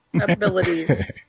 abilities